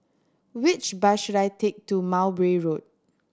which bus should I take to Mowbray Road